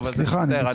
סליחה, אני מצטער.